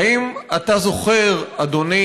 בבקשה, אדוני.